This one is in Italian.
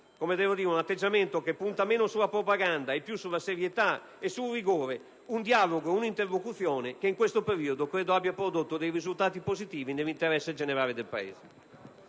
noi manteniamo un atteggiamento che punta meno sulla propaganda e più sulla serietà e sul rigore, un dialogo e un'interlocuzione che in questo periodo hanno prodotto risultati positivi nell'interesse generale del Paese.